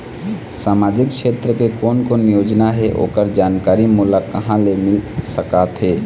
सामाजिक क्षेत्र के कोन कोन योजना हे ओकर जानकारी मोला कहा ले मिल सका थे?